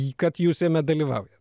jį kad jūs jame dalyvaujat